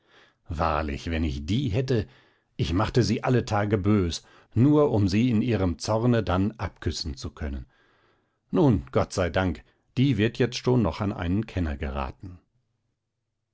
wahrlich wenn ich die hätte ich machte sie alle tage bös nur um sie in ihrem zorne dann abküssen zu können nun gott sei dank die wird jetzt schon noch an einen kenner geraten